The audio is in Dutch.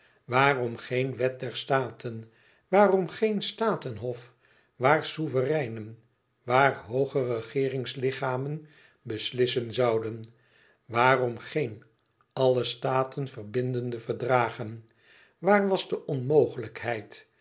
waarom geen wet der staten waarom geen staten hof waar souvereinen waar hooge regeeringslichamen beslissen zouden waarom geen alle staten verbindende verdragen waar was de onmogelijkheid